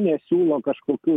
nesiūlo kažkokių